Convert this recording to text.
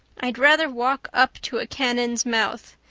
i'd rather walk up to a cannon's mouth.